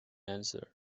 answered